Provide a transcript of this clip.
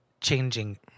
changing